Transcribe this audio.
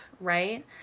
right